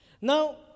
Now